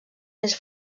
més